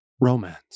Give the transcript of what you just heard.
romance